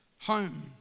home